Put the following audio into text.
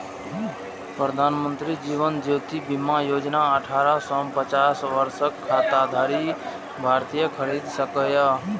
प्रधानमंत्री जीवन ज्योति बीमा योजना अठारह सं पचास वर्षक खाताधारी भारतीय खरीद सकैए